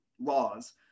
laws